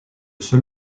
seul